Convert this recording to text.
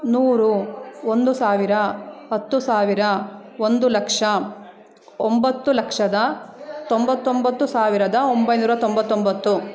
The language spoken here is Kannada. ನೂರು ಒಂದು ಸಾವಿರ ಹತ್ತು ಸಾವಿರ ಒಂದು ಲಕ್ಷ ಒಂಬತ್ತು ಲಕ್ಷದಾ ತೊಂಬತೊಂಬತ್ತು ಸಾವಿರದ ಒಂಬೈನೂರ ತೊಂಬತೊಂಬತ್ತು